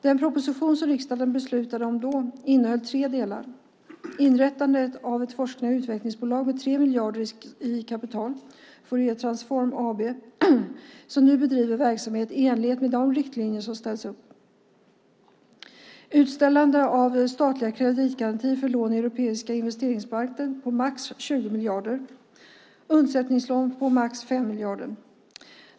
Den proposition som riksdagen då beslutade om innehöll tre delar: inrättandet av ett forsknings och utvecklingsbolag med 3 miljarder i kapital - Fouriertransform AB som nu bedriver verksamhet i enlighet med de riktlinjer som satts upp - utställande av statliga kreditgarantier för lån i Europeiska investeringsbanken på maximalt 20 miljarder samt undsättningslån på maximalt 5 miljarder.